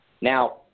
Now